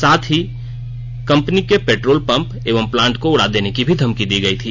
साथ ही कंपनी के पेट्रोल पंप एवं प्लांट को उड़ा देने की भी धमकी दी गई थी